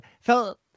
felt